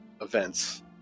events